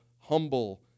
humble